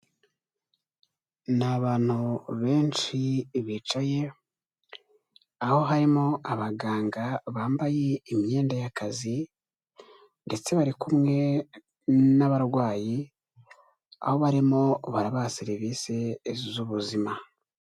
Ni abantu benshi bicaye, aho harimo abaganga bambaye imyenda y'akazi ndetse bari kumwe n'abarwayi, aho barimo barabaha serivisi z'ubuzima.